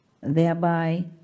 thereby